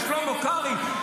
ושלמה קרעי,